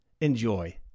Enjoy